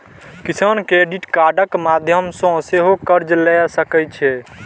किसान क्रेडिट कार्डक माध्यम सं सेहो कर्ज लए सकै छै